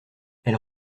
elle